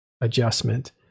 adjustment